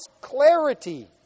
clarity